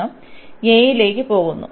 x y ൽ നിന്ന് a ലേക്ക് പോകുന്നു